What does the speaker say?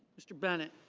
mr. bennett.